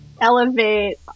elevate